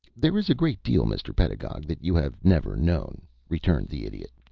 there is a great deal, mr. pedagog, that you have never known, returned the idiot.